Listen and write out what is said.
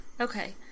Okay